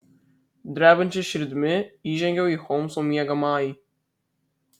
drebančia širdimi įžengiau į holmso miegamąjį